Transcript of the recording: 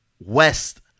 west